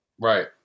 Right